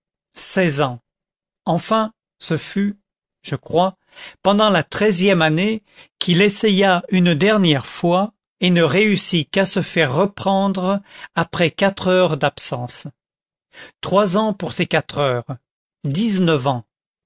seize ans enfin ce fut je crois pendant la treizième année qu'il essaya une dernière fois et ne réussit qu'à se faire reprendre après quatre heures d'absence trois ans pour ces quatre heures dix-neuf ans